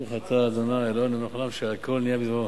ברוך אתה ה' אלוהינו מלך העולם שהכול נהיה בדברו.